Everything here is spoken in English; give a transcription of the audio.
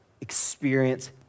experience